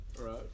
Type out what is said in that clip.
Right